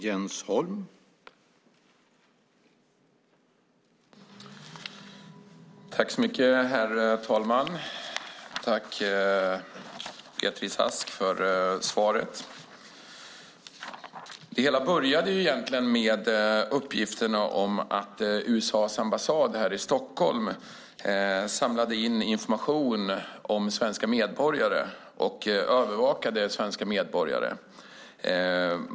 Herr talman! Jag tackar Beatrice Ask för svaret. Det hela började egentligen med uppgifterna om att USA:s ambassad här i Stockholm samlade in information om svenska medborgare och övervakade svenska medborgare.